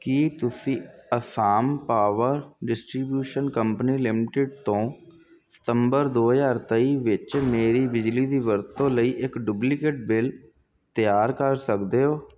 ਕੀ ਤੁਸੀਂ Assam power distribution company limited ਤੋਂ ਸਤੰਬਰ ਦੋ ਹਜ਼ਾਰ ਤੇਈ ਵਿੱਚ ਮੇਰੀ ਬਿਜਲੀ ਦੀ ਵਰਤੋਂ ਲਈ ਇੱਕ ਡੁਪਲੀਕੇਟ ਬਿੱਲ ਤਿਆਰ ਕਰ ਸਕਦੇ ਹੋ